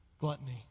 gluttony